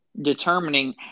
determining